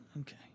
Okay